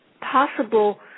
possible